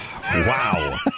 Wow